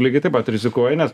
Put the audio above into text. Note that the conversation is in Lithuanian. lygiai taip pat rizikuoji nes